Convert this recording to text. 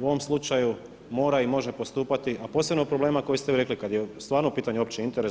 u ovom slučaju mora i može postupati a posebno o problemima koji ste vi rekli kad je stvarno u pitanju opći interes.